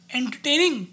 entertaining